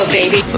baby